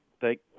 Thank